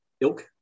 ilk